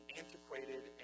antiquated